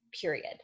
period